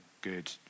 good